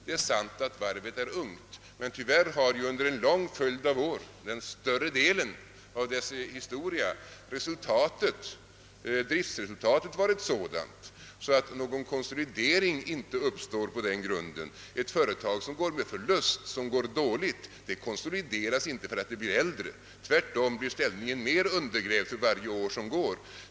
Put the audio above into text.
Det är sant att varvet är ungt, men tyvärr har under en lång följd av år, den större delen av dess historia, driftresultatet varit sådant att någon konsolidering inte kunnat ske. Ett företag som går med förlust konsolideras inte för att det blir äldre. Tvärtom blir ställningen mer undergrävd för varje år som går.